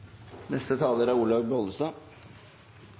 neste år er det